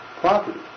property